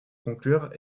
conclure